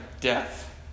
death